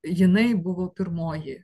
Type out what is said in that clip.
jinai buvo pirmoji